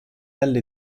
alle